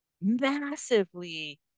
massively